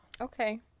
okay